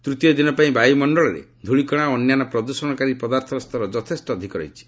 ତୃତୀୟ ଦିନ ପାଇଁ ବାୟୁ ମଣ୍ଡଳରେ ଧ୍ରଳିକଣା ଓ ଅନ୍ୟାନ୍ୟ ପ୍ରଦୃଷଣକାରୀ ପଦାର୍ଥର ସ୍ତର ଯଥେଷ୍ଟ ଅଧିକ ରହିଛି